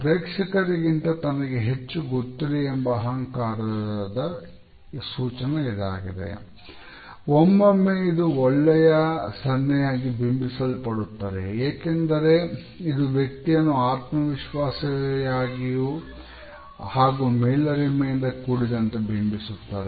ಪ್ರೇಕ್ಷಕರಿಗಿಂತ ತನಗೆ ಹೆಚ್ಚು ಗೊತ್ತಿದೆ ಎಂಬ ಅಹಂಕಾರದ ಸೂಚನೆ ಇದಾಗಿದೆ ಒಮ್ಮೊಮ್ಮೆ ಇದು ಒಳ್ಳೆಯ ಸನ್ನೆಯಾಗಿ ಬಿಂಬಿಸಲ್ಪಡುತ್ತದೆ ಏಕೆಂದರೆ ಇದು ವ್ಯಕ್ತಿಯನ್ನು ಆತ್ಮವಿಶ್ವಾಸ ಯಾಗಿಯೂ ಹಾಗೂ ಮೇಲರಿಮೆಯಿಂದ ಕೂಡಿದಂತೆ ಬಿಂಬಿಸುತ್ತದೆ